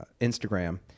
Instagram